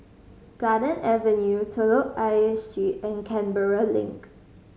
Garden Avenue Telok Ayer Street and Canberra Link